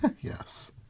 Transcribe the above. yes